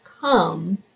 come